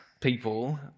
people